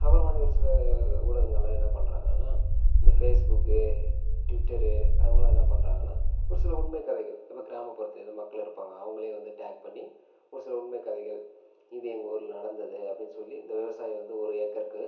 அப்புறம் பார்த்தீங்க ஒரு சில ஊடகங்களெலாம் என்ன பண்ணுறாங்கனா இந்த ஃபேஸ்புக்கு ட்விட்டரு அவங்களாம் என்ன பண்ணுறாங்கன்னா ஒருசில உண்மை கதைகள் இப்போ கிராம புறத்துலேருந்து மக்கள் இருப்பாங்க அவங்களவும் வந்து டேக் பண்ணி ஒருசில உண்மை கதைகள் இது எங்கள் ஊரில் நடந்தது அப்படின்னு சொல்லி இந்த விவசாயி வந்து ஒரு ஏக்கருக்கு